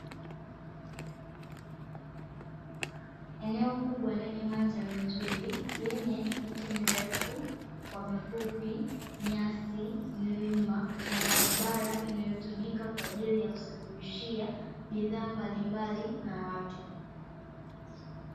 Eneo kubwa lenye mandhari mazuri, yenye miti mirefu kwa mifupi, nyasi, milima na barabara inayotumika kwa ajili ya kusafirisha bidhaa mbalimbali na watu.